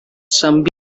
some